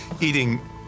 eating